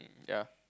ya